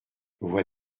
voix